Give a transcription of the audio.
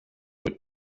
with